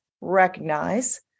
recognize